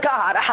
God